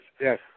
Yes